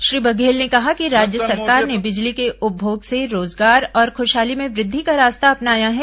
श्री बघेल ने कहा कि राज्य सरकार ने बिजली के उपभोग से रोजगार और खुशहाली में वृद्धि का रास्ता अपनाया है